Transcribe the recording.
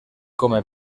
come